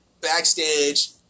Backstage